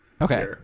Okay